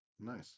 nice